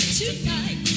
tonight